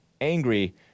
angry